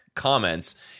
comments